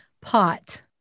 pot